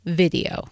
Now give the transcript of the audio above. video